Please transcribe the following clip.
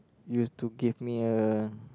used to give me a